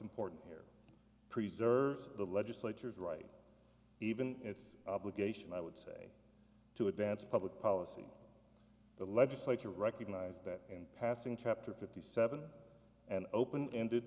important here preserves the legislature's right even its obligation i would say to advance public policy the legislature recognized that and passing chapter fifty seven and open ended